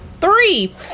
Three